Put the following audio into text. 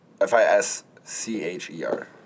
F-I-S-C-H-E-R